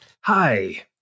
Hi